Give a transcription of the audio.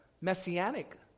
messianic